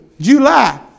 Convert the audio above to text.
July